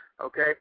Okay